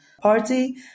party